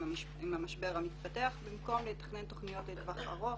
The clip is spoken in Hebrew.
המשבר המתפתח במקום לתכנן תוכניות לטווח ארוך